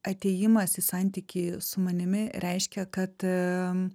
atėjimas į santykį su manimi reiškia kad